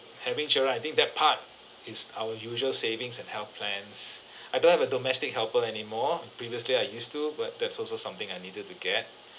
having children I think that part is our usual savings and health plans I don't have a domestic helper any more previously I used to but that's also something I needed to get